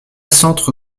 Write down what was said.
centre